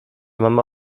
mama